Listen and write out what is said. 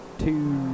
two